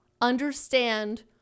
understand